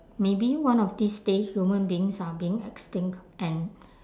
maybe one of these day human beings are being extinct and